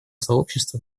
сообщества